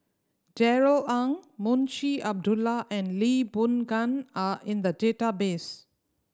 Darrell Ang Munshi Abdullah and Lee Boon Ngan are in the database